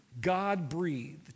God-breathed